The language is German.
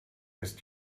ist